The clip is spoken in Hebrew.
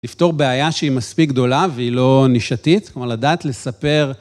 לפתור בעיה שהיא מספיק גדולה והיא לא נשתית, כלומר לדעת, לספר.